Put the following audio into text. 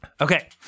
Okay